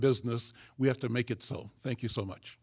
business we have to make it so thank you so much